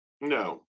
No